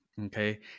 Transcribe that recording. Okay